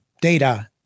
data